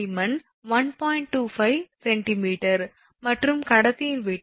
25 𝑐𝑚 கடத்தியின் விட்டம் 2